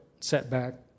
setback